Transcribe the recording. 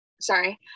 sorry